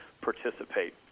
participate